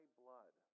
blood